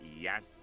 yes